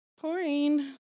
Pouring